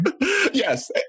Yes